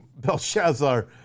Belshazzar